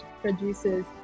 produces